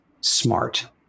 smart